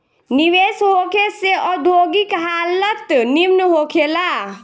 निवेश होखे से औद्योगिक हालत निमन होखे ला